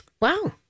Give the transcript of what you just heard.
Wow